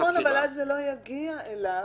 נכון, אבל זה לא יגיע אליו.